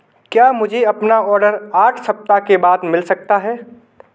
क्या मुझे अपना ऑर्डर आठ सप्ताह के बाद मिल सकता है